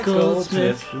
Goldsmith